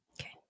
Okay